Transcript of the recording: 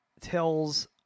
tells